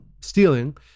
stealing